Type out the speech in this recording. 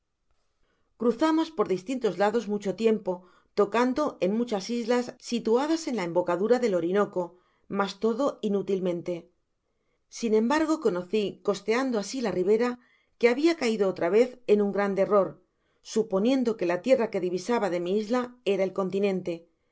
cruzamos por distintos lados mucho tiempo tocando en muchas islas situadas en la embocadura del orinoco mas todo inútilmente sin embargo conoci costeando asi la ribera que habia caido otra vez en un grande error suponiendo que la tierra que divisaba de mi isla era el continente